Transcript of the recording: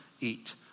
eat